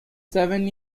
seven